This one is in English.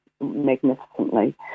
magnificently